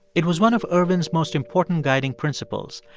it was one of ervin's most important guiding principles,